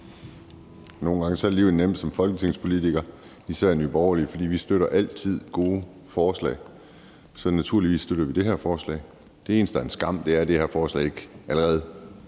Nogle gange er livet nemt som folketingspolitiker, især i Nye Borgerlige. For vi støtter altid gode forslag. Så naturligvis støtter vi det her forslag. Det eneste, der er en skam, er, at det her forslag ikke allerede